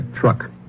truck